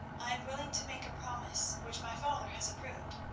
i am willing to make a promise which my father has approved.